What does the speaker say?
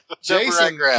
jason